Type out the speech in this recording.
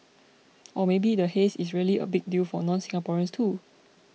or maybe the haze is really a big deal for nonSingaporeans too